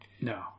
No